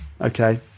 Okay